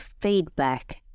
feedback